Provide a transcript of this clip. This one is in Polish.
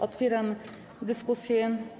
Otwieram dyskusję.